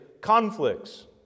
conflicts